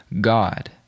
God